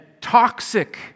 toxic